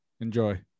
Enjoy